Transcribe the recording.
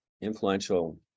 influential